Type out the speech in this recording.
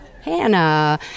Hannah